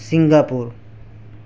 Singapore